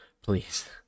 Please